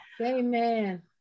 amen